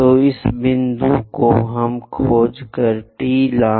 तो इस बिंदु को खोजें T